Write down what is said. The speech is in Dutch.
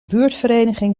buurtvereniging